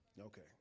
okay